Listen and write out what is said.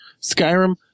Skyrim